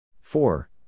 Four